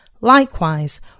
Likewise